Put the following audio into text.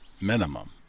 minimum